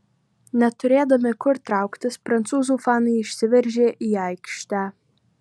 neturėdami kur trauktis prancūzų fanai išsiveržė į aikštę